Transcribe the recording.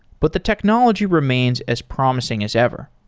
but the technology remains as promising as ever.